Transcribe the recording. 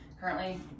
currently